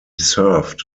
served